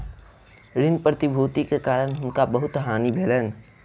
ऋण प्रतिभूति के कारण हुनका बहुत हानि भेलैन